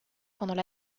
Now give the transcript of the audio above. pendant